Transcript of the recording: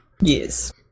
Yes